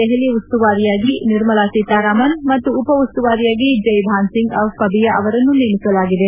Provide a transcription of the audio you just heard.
ದೆಹಲಿ ಉಸ್ತುವಾರಿಯಾಗಿ ನಿರ್ಮಲಾ ಸೀತಾರಾಮನ್ ಮತ್ತು ಉಪ ಉಸ್ತುವಾರಿಯಾಗಿ ಜೈ ಭಾನ್ಸಿಂಗ್ ಪಬಿಯ ಅವರನ್ನು ನೇಮಿಸಲಾಗಿದೆ